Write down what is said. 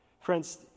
Friends